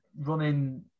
running